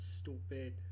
stupid